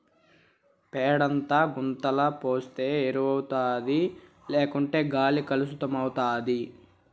పేడంతా గుంతల పోస్తే ఎరువౌతాది లేకుంటే గాలి కలుసితమైతాది